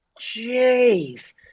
Jeez